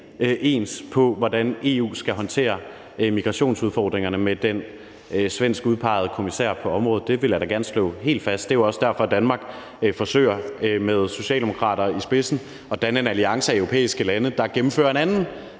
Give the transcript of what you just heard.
ens på, hvordan EU skal håndtere migrationsudfordringerne, med den svensk udpegede kommissær på området. Det vil jeg da gerne slå helt fast. Det er jo også derfor, Danmark med socialdemokrater i spidsen forsøger at danne en alliance af europæiske lande, der gennemfører en anden